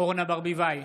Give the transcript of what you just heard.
אורנה ברביבאי,